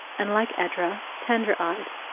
and, like edra, tender-eyed.